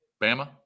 Bama